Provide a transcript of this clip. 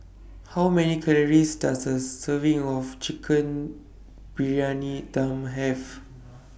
How Many Calories Does A Serving of Chicken Briyani Dum Have